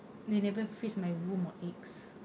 they never freeze my womb or eggs